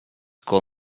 call